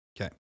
Okay